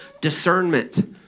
discernment